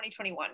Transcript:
2021